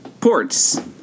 ports